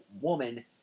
woman